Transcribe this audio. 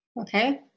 Okay